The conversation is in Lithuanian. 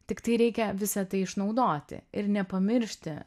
tiktai reikia visa tai išnaudoti ir nepamiršti